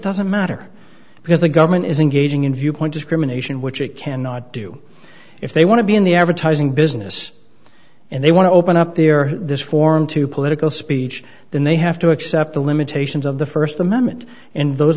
doesn't matter because the government is engaging in viewpoint discrimination which it cannot do if they want to be in the advertising business and they want to open up their this form to political speech then they have to accept the limitations of the first amendment and those